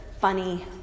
funny